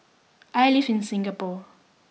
I live in Singapore